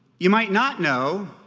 you might not know,